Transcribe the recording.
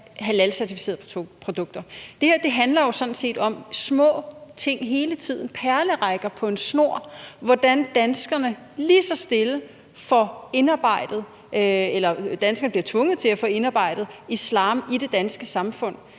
halalcertificerede produkter? Det her handler sådan set om små ting hele tiden, perler på en snor, nemlig hvordan danskerne lige så stille bliver tvunget til at få indarbejdet islam i det danske samfund.